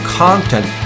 content